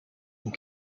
and